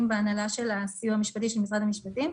בהנהלה של הסיוע המשפטי של משרד המשפטים.